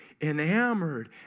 enamored